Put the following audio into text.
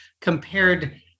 compared